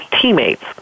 teammates